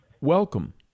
Welcome